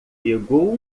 pegou